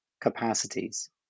capacities